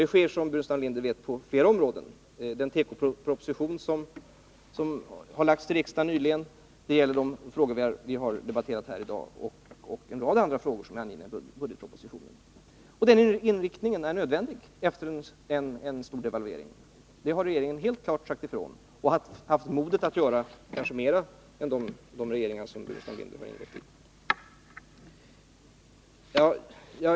Det sker, som herr Burenstam Linder vet, på flera områden. Det gäller den tekoproposition som förelagts riksdagen nyligen, det gäller de frågor vi har debatterat här i dag och en rad andra frågor som är upptagna i budgetpropositionen. Den inriktningen är nödvändig efter en stor devalvering, det har regeringen helt klart sagt ifrån — och haft modet att göra i kanske större utsträckning än de regeringar som herr Burenstam Linder varit med i.